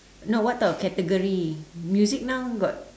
no what type of category music now got